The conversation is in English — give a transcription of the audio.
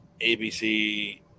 ABC